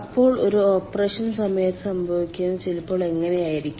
അപ്പോൾ ഒരു ഓപ്പറേഷൻ സമയത്ത് സംഭവിക്കുന്നത് ചിലപ്പോൾ ഇങ്ങനെയായിരിക്കാം